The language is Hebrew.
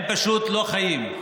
הם פשוט לא חיים.